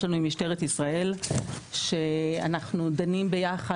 לנו עם משטרה ישראל שאנחנו דנים ביחד,